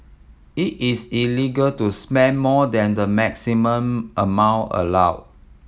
it is illegal to spend more than the maximum amount allowed